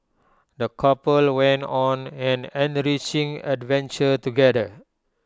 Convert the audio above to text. the couple went on an enriching adventure together